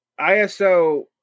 ISO